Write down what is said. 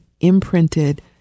imprinted